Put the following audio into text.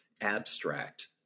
abstract